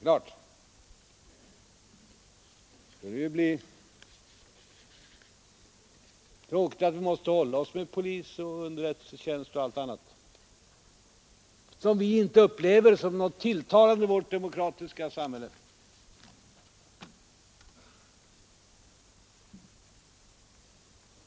Det är naturligtvis tråkigt att vi måste hålla oss med polis, underrättelsetjänst och allt annat som vi inte upplever som något tilltalande i vårt demokratiska samhälle.